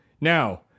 Now